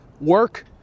work